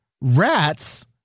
rats